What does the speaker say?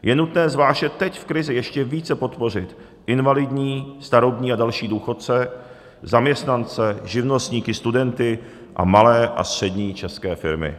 Je nutné zvláště teď v krizi ještě více podpořit invalidní, starobní a další důchodce, zaměstnance, živnostníky, studenty a malé a střední české firmy.